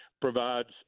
provides